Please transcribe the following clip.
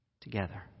Together